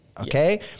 Okay